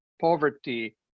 poverty